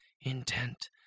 intent